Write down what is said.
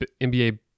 NBA